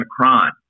crime